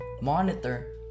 monitor